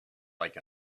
like